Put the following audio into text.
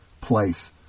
place